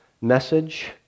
message